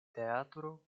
teatro